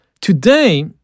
Today